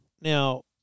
now